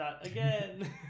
Again